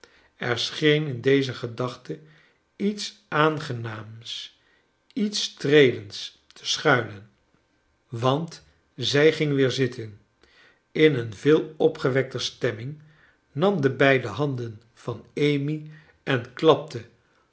er scheen in deze gedachte iets aangenaams iets streelends te schuilen want zij ging weer zitten in een veel opgewekter stemming nam de beide handen van amy en klapte